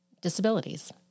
disabilities